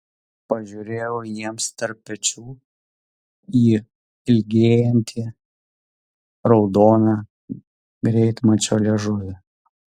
pažiūrėjau jiems tarp pečių į ilgėjantį raudoną greitmačio liežuvį